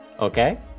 okay